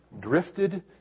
drifted